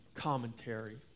commentary